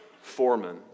foreman